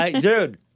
Dude